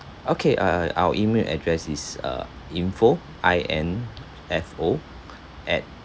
okay uh our email address is uh info I N F O at